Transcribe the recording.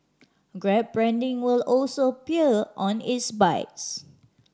grab branding will also appear on its bikes